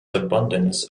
abundance